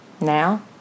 Now